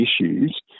issues